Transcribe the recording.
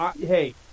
Hey